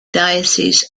diocese